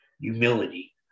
humility